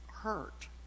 hurt